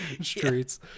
streets